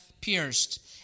pierced